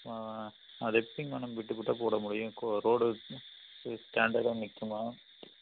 அது எப்படிங்க madam bit பிட்டாக போடமுடியும் ரோடு ஸ்டாண்டர்டாக நிற்குமா